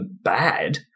bad